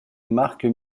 marc